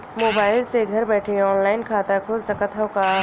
Mobile से घर बैठे ऑनलाइन खाता खुल सकत हव का?